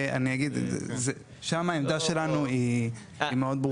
אגיד, שם העמדה שלנו היא מאוד ברורה.